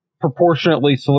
proportionately